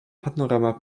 panorama